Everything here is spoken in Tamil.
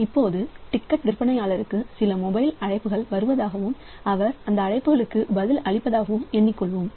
இப்போது டிக்கெட் விற்பனையாளருக்கு சில மொபைல் அழைப்புகள் வருவதாகவும் அவர் அந்த அழைப்புகளுக்கு பதில் அளிப்பதாகவும் எண்ணிக் கொள்வோம்